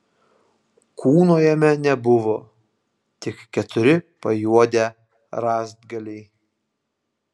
kūno jame nebuvo tik keturi pajuodę rąstgaliai